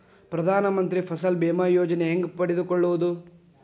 ಪ್ರಧಾನ ಮಂತ್ರಿ ಫಸಲ್ ಭೇಮಾ ಯೋಜನೆ ಹೆಂಗೆ ಪಡೆದುಕೊಳ್ಳುವುದು?